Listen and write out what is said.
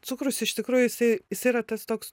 cukrus iš tikrųjų jisai jisai yra tas toks